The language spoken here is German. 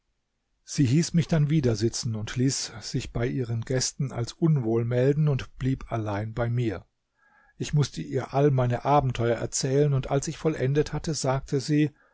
sie hieß mich dann wieder sitzen ließ sich bei ihren gästen als unwohl melden und blieb allein bei mir ich mußte ihr alle meine abenteuer erzählen und als ich vollendet hatte sagte sie